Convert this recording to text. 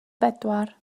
bedwar